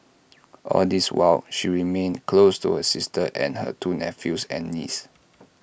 all this while she remained close to her sister and her two nephews and niece